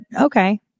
okay